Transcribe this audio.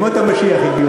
זה שאתה אומר משיחה, אני